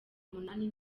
umunani